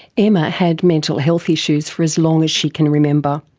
emma had mental health issues for as long as she can remember.